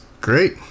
great